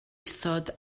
isod